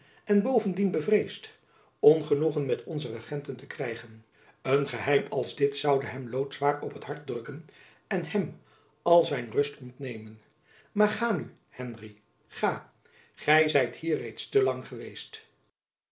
en bovendien bevreesd ongenoegen met onze regenten te krijgen een geheim als dit zoude hem loodzwaar op het hart drukken en hem al zijn rust ontnemen maar ga nu henry ga gy zijt hier reeds te lang geweest